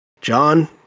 John